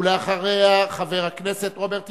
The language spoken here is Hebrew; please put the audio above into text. ואחריה חבר הכנסת רוברט אילטוב.